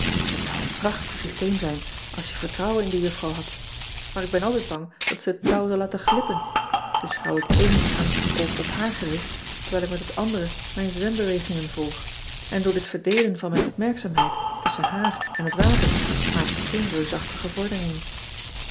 et zou een prachtig systeem zijn als je vertrouwen in de juffrouw had maar ik ben altijd bang dat ze het touw zal laten glippen dus houd ik één angstig oog op haar gericht terwijl ik met het andere mijn zwembewegingen volg en door dit verdeelen van mijn opmerkzaamheid tusschen haar en het water maak ik geen reusachtige